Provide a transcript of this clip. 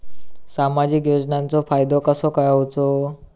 सामाजिक योजनांचो फायदो कसो घेवचो?